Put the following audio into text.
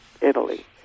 Italy